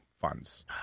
funds